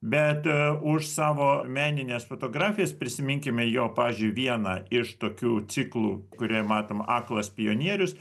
bet už savo menines fotografijas prisiminkime jo pavyzdžiui vieną iš tokių ciklų kurioj matom aklas pionierius